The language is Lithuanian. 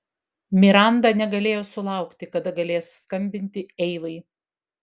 miranda negalėjo sulaukti kada galės skambinti eivai